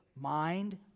Mind